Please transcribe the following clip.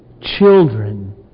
Children